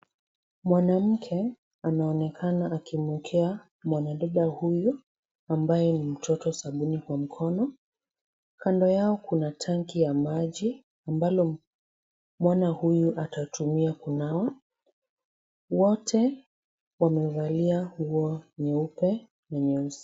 Mwanamke anaonekana akimwekea mwanadada huyu ambaye ni mtoto sabuni kwa mkono. Kando yao kuna tanki ya maji ambalo mwana huyu atatumia kunawa. Wote wamevalia nguo nyeupe na nyeusi.